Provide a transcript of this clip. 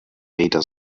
rede